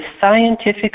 scientific